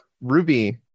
Ruby